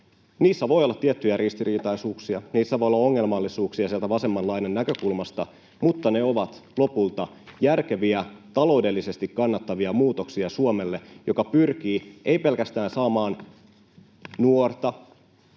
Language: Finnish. niissä voi olla tiettyjä ristiriitaisuuksia, niissä voi olla ongelmallisuuksia sieltä vasemman laidan näkökulmasta, mutta ne ovat lopulta järkeviä, taloudellisesti kannattavia muutoksia Suomelle, joka pyrkii saamaan ei pelkästään nuorta,